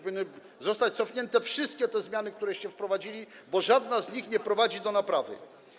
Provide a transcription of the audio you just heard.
Powinny zostać cofnięte wszystkie te zmiany, które wprowadziliście, bo żadna z nich nie prowadzi do naprawy.